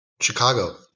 Chicago